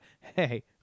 hey